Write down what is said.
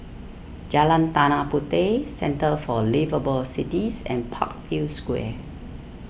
Jalan Tanah Puteh Centre for Liveable Cities and Parkview Square